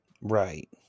Right